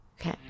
Okay